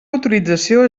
autorització